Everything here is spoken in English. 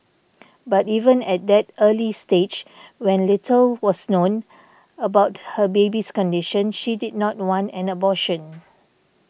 but even at that early stage when little was known about her baby's condition she did not wanna an abortion